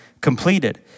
completed